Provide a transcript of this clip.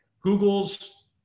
Google's